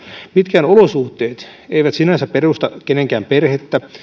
mitkään olosuhteet eivät sinänsä perusta kenenkään perhettä